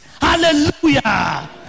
hallelujah